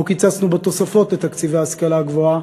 לא קיצצנו בתוספות לתקציבי ההשכלה הגבוהה,